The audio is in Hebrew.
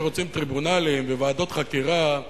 שרוצים טריבונלים וועדות חקירה,